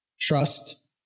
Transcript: trust